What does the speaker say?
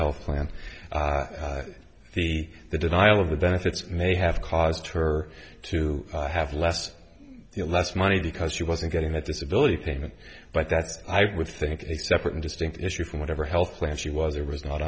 health plan the the denial of the benefits may have caused her to have less you know less money because she wasn't getting the disability payment but that i would think is a separate and distinct issue from whatever health plan she was or was not